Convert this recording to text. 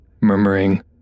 murmuring